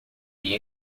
dia